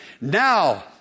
Now